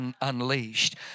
unleashed